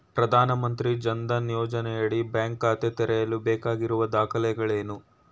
ಪ್ರಧಾನಮಂತ್ರಿ ಜನ್ ಧನ್ ಯೋಜನೆಯಡಿ ಬ್ಯಾಂಕ್ ಖಾತೆ ತೆರೆಯಲು ಬೇಕಾಗಿರುವ ದಾಖಲೆಗಳೇನು?